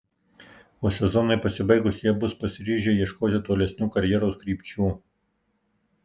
o sezonui pasibaigus jie bus pasiryžę ieškoti tolesnių karjeros krypčių